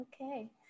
okay